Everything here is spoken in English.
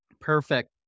Perfect